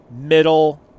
middle